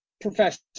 professional